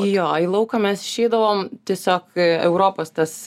jo į lauką mes išeidavom tiesiog europos tas